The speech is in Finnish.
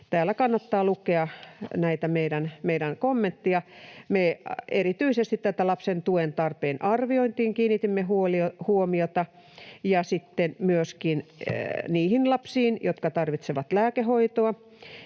Täällä kannattaa lukea näitä meidän kommentteja. Me kiinnitimme huomiota erityisesti tähän lapsen tuen tarpeen arviointiin ja sitten myöskin niihin lapsiin, jotka tarvitsevat lääkehoitoa,